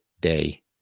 day